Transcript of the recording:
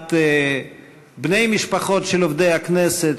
לא-מעט בני משפחות של עובדי הכנסת,